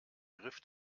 griff